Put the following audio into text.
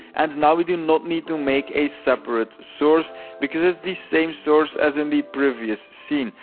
and now we do not need to make a separate source because it's the same source as in the previous scene.